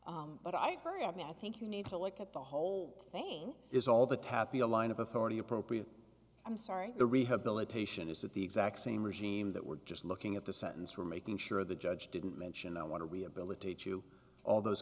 mind but i've heard i mean i think you need to look at the whole thing is all the tapi a line of authority appropriate i'm sorry the rehabilitation is that the exact same regime that we're just looking at the sentence or making sure the judge didn't mention i want to rehabilitate you all those